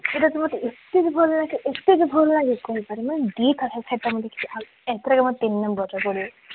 ସେଇଟା ତ ମୋତେ ଏତେ ଯେ ଭଲଲାଗେ ଏତେ ଯେ ଭଲଲାଗେ କହିପାରିବିନି ଦୁଇଥର ମୁଁ ଦେଖିଛି ଆଉ ଏଇଥର ମୋର ତିନି ନମ୍ବରରେ ପଡ଼ିବ